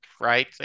right